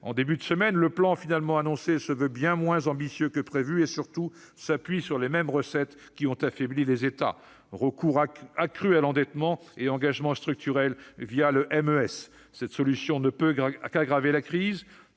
En début de semaine, le plan finalement annoncé se veut bien moins ambitieux que prévu. Surtout, il s'appuie sur les mêmes recettes que celles qui ont affaibli les États : recours accru à l'endettement et engagements structurels le MES. Cette solution ne peut qu'aggraver la crise,